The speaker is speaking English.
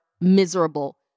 miserable